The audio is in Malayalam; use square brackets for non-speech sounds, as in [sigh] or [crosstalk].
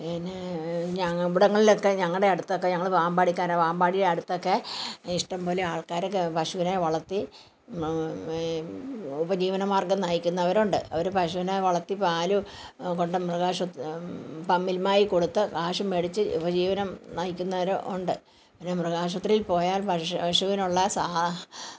പിന്നെ ഞങ്ങൾ ഇവിടങ്ങളിലൊക്കെ ഞങ്ങളുടെ അടുത്തൊക്കെ ഞങ്ങൾ വാമ്പാടിക്കാരാണ് വാമ്പാടി അടുത്തൊക്കെ ഇഷ്ടംപോലെ ആൾക്കാർ ക പശുനെ വളർത്തി ഉപജീവന മാർഗ്ഗം നയിക്കുന്നവരുണ്ട് അവർ പശുവിനെ വളർത്തി പാൽ കൊണ്ട് മൃഗാശുപത്രി [unintelligible] മിൽമായിൽ കൊടുത്ത് കാശും മേടിച്ച് ഉപജീവനം നയിക്കുന്നവരും ഉണ്ട് പിന്നെ മൃഗാശുപത്രിയിൽ പോയാൽ പശു പശുവിനുള്ള സഹാ